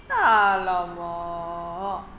!alamak!